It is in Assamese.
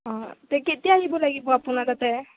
অঁ তে কেতিয়া আহিব লাগিব আপোনাৰ তাতে